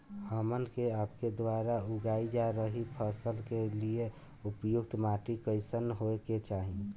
हमन के आपके द्वारा उगाई जा रही फसल के लिए उपयुक्त माटी कईसन होय के चाहीं?